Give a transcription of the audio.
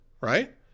right